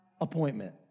appointment